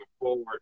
forward